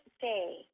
day